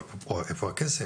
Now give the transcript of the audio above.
אבל איפה הכסף?